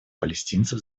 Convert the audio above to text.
палестинцев